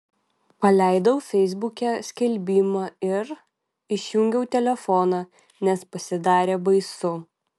paleidau feisbuke skelbimą ir išjungiau telefoną nes pasidarė baisu